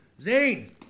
Zayn